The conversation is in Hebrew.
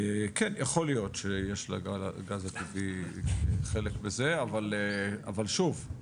כן, יכול להיות שיש לגז הטבעי חלק בזה אבל שוב,